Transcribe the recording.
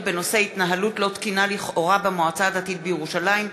בנושא: התנהלות לא תקינה לכאורה במועצה הדתית בירושלים,